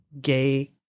gay